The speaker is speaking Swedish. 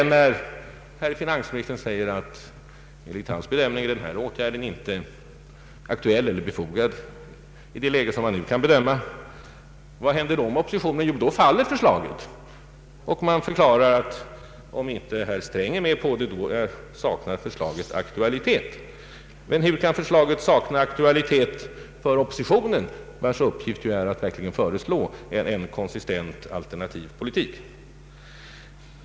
När finansministern säger att enligt hans uppfattning denna åtgärd inte är aktuell eller befogad i det läge som man nu kan bedöma, vad händer då inom oppositionen? Då faller förslaget! Man förklarar att om inte herr Sträng är med på förslaget, saknar det aktualitet. Men hur kan förslaget sakna aktualitet för oppositionen, vars uppgift ju är att verkligen föra en konsistent alternativ politik?